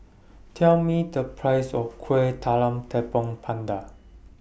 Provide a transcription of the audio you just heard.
Tell Me The Price of Kuih Talam Tepong Pandan